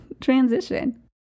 transition